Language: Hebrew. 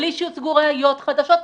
בלי שיוצגו ראיות חדשות,